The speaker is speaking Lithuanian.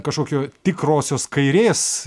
kažkokio tikrosios kairės